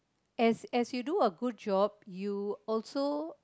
as as you do a good job you also